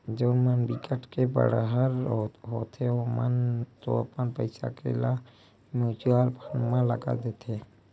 जउन मन बिकट के बड़हर होथे ओमन तो अपन पइसा ल म्युचुअल फंड म लगा देथे